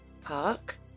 park